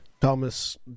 Thomas